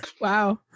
Wow